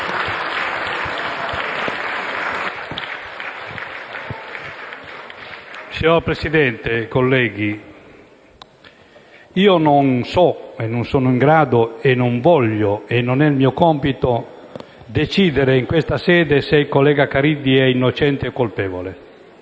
Signor Presidente, colleghi, non so, non sono in grado, non voglio e non è mio compito decidere in questa sede se il collega Caridi è innocente o colpevole.